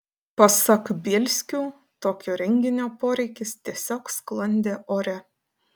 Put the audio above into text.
pasak bielskių tokio renginio poreikis tiesiog sklandė ore